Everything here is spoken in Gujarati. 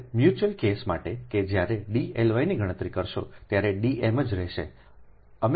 હવે મ્યુચ્યુઅલ કેસ માટે કે જ્યારે d L y ની ગણતરી કરશો ત્યારે D m જ રહેશે